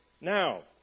Now